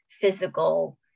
physical